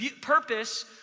purpose